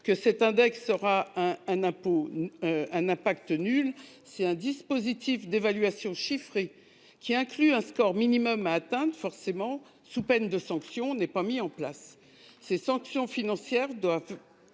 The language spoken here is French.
que cet index sera un, un impôt. Un impact nul, c'est un dispositif d'évaluation chiffrée qui inclut un score minimum atteindre forcément sous peine de sanctions n'est pas mis en place ces sanctions financières doivent.